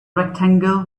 rectangle